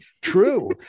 true